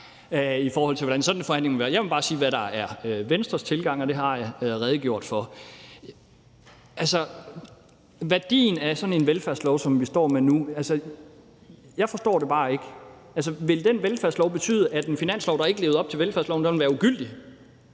i forhold til hvordan sådan en forhandling vil være. Jeg vil bare sige, hvad der er Venstres tilgang, og det har jeg allerede redegjort for. Altså, værdien af sådan en velfærdslov, som vi står med nu, forstår jeg bare ikke. Vil den velfærdslov betyde, at en finanslov, der ikke levede op til velfærdsloven, ville være ugyldig?